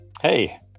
Hey